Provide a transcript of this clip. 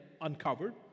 uncovered